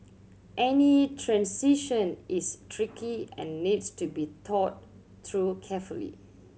any transition is tricky and needs to be thought through carefully